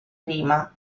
prima